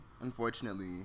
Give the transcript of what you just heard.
unfortunately